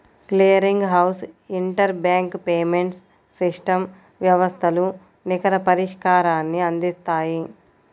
clearing house inter bank payments system వ్యవస్థలు నికర పరిష్కారాన్ని అందిత్తాయి